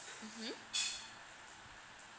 mmhmm